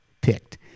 picked